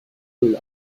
müll